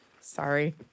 Sorry